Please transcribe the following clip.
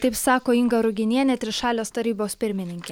taip sako inga ruginienė trišalės tarybos pirmininkė